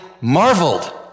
marveled